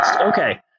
Okay